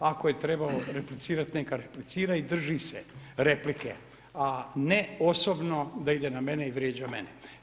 Ako je trebalo replicirati neka replicira i drži se replike, a ne osobno da ide na mene i vrijeđa mene.